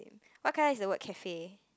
what colour is the word cafe